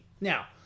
Now